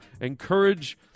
encourage